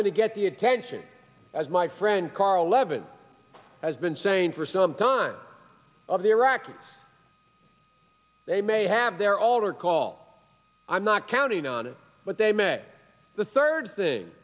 going to get the attention as my friend carl levin has been saying for some time of the iraqis they may have their all or call i'm not counting on it but they may the third thing